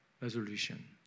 resolution